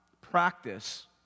practice